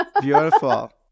Beautiful